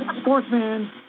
Sportsman